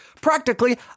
Practically